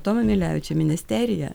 tomą milevičių ministeriją